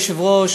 אדוני היושב-ראש,